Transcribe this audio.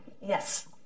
Yes